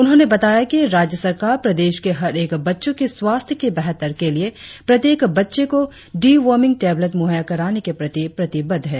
उन्होंने बताया कि राज्य सरकार प्रदेश के हर एक बच्चों के स्वास्थ्य की बेहतर के लिए प्रत्येक बच्चे को डी वर्मिंग टेबलेट मुहैय्या कराने के प्रति प्रतिबद्ध है